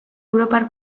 europar